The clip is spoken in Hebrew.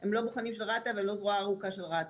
הם לא בוחנים של רת"א ולא זרוע ארוכה של רת"א.